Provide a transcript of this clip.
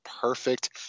perfect